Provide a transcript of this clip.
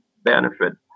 benefit